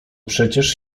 przecież